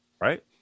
right